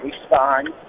respond